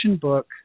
book